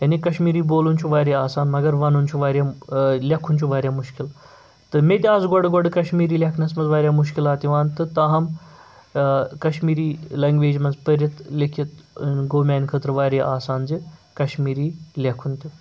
یانے کشمیٖری بولُن چھُ واریاہ آسان مگر وَنُن چھُ واریاہ لیٚکھُن چھُ واریاہ مُشکِل تہٕ مےٚ تہِ آز گۄڈٕ گۄڈٕ کَشمیٖری لیٚکھنَس منٛز واریاہ مُشکِلات یِوان تہٕ تاہم کَشمیٖری لنٛگویج منٛز پٔرِتھ لیٚکھِتھ گوٚو میٛانہِ خٲطرٕ واریاہ آسان زِ کَشمیٖری لیٚکھُن تہِ